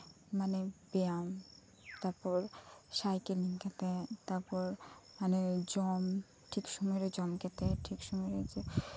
ᱡᱮᱢᱚᱱ ᱵᱮᱭᱟᱢ ᱛᱟᱨᱯᱚᱨ ᱥᱟᱭᱠᱮᱞᱤᱝ ᱠᱟᱛᱮ ᱛᱟᱨᱯᱚᱨ ᱢᱟᱱᱮ ᱡᱚᱢ ᱴᱷᱤᱠ ᱥᱚᱢᱚᱭ ᱨᱮ ᱡᱚᱢ ᱠᱟᱛᱮ ᱴᱷᱤᱠ ᱥᱚᱢᱚᱭ ᱨᱮ